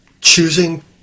choosing